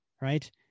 right